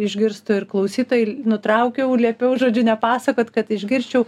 išgirstų ir klausytojai nutraukiau liepiau žodžiu nepasakot kad išgirsčiau